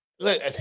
look